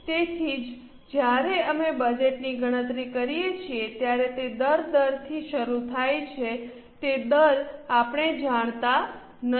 તેથી જ જ્યારે અમે બજેટની ગણતરી કરીએ છીએ ત્યારે તે દર દરથી શરૂ થાય છે તે દર આપણે જાણતા નથી